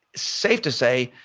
safe to say,